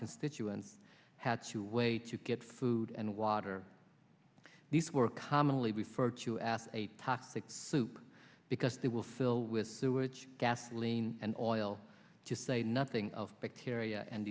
constituent had to wait to get food and water these were commonly referred to as a toxic soup because they will fill with sewage gasoline and oil to say nothing of bacteria and